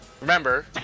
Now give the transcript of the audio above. Remember